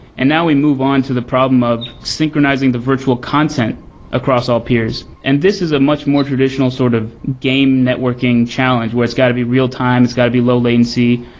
and now we move on to the problem of synchronizing the virtual content across all peers, and this is a much more traditional sort of game networking challenge where it's got to be real-time. it's got to low latency.